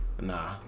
nah